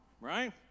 right